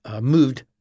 moved